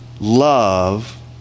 love